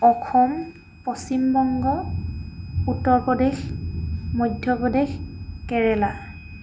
Assam Paschimbanga Uttar Pradesh Madhya Pradesh Kerala